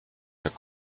der